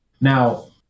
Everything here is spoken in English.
Now